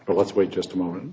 but let's wait just a moment